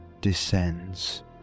descends